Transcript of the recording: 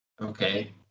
Okay